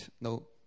no